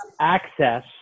access